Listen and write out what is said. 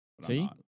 See